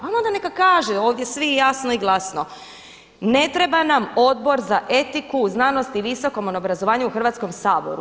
Ali onda neka kaže ovdje svi jasno i glasno ne treba nam Odbor za etiku, znanost i visokom obrazovanju u Hrvatskom saboru.